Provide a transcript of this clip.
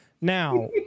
now